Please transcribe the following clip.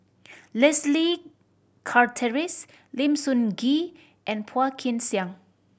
Leslie Charteris Lim Sun Gee and Phua Kin Siang